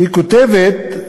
היא כותבת,